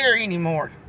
anymore